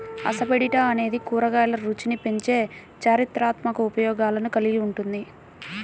asafoetida అనేది కూరగాయల రుచిని పెంచే చారిత్రాత్మక ఉపయోగాలను కలిగి ఉంటుంది